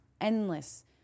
endless